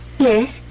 Yes